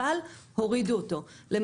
אבל הורידו את הסכום.